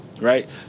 Right